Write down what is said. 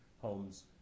homes